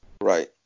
Right